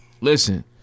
Listen